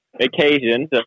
occasions